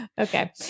Okay